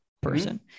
person